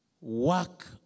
work